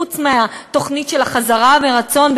חוץ מהתוכנית של "החזרה מרצון",